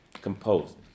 composed